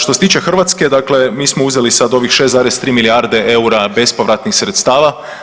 Što se tiče Hrvatske dakle mi smo uzeli sada ovih 6,3 milijarde eura bespovratnih sredstava.